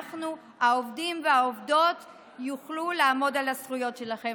העובדים והעובדות יוכלו לעמוד על הזכויות שלהם.